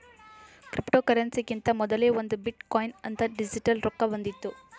ಕ್ರಿಪ್ಟೋಕರೆನ್ಸಿಕಿಂತಾ ಮೊದಲೇ ಒಂದ್ ಬಿಟ್ ಕೊಯಿನ್ ಅಂತ್ ಡಿಜಿಟಲ್ ರೊಕ್ಕಾ ಬಂದಿತ್ತು